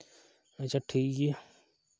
ᱟᱪᱪᱷᱟ ᱴᱷᱤᱠ ᱜᱮᱭᱟ